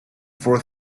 for